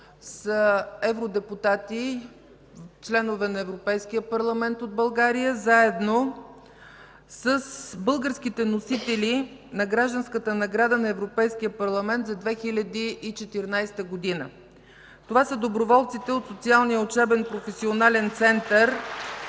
са евродепутати, членове на Европейския парламент от България, заедно с българските носители на Гражданската награда на Европейския парламент за 2014 г. Това са доброволците от Социалния учебен професионален център